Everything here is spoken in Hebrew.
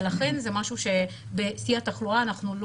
ולכן זה משהו שבשיא התחלואה אנחנו לא